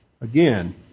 Again